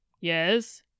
Yes